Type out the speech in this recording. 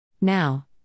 Now